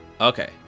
Okay